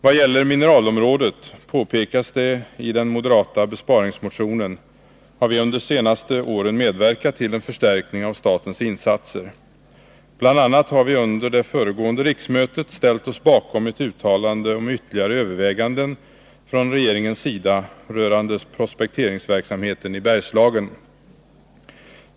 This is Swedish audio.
Vad gäller mineralområdet — påpekas det i den moderata besparingsmotionen — har vi under de senaste åren medverkat till en förstärkning av statens insatser. Bl. a. har vi under det föregående riksmötet ställt oss bakom ett uttalande om ytterligare överväganden från regeringens sida rörande prospekteringsverksamheten i Bergslagen.